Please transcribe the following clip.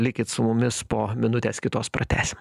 likit su mumis po minutės kitos pratęsim